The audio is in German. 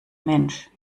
mensch